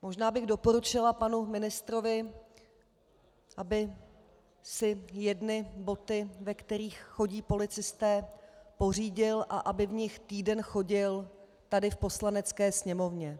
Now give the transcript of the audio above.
Možná bych doporučila panu ministrovi, aby si jedny boty, ve kterých chodí policisté, pořídil a aby v nich týden chodil tady v Poslanecké sněmovně.